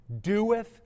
doeth